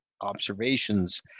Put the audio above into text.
observations